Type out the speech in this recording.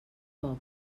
poc